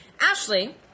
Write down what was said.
Ashley